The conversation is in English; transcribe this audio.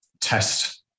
test